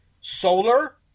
solar